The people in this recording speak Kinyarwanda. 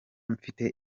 mfite